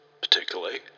particularly